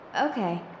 Okay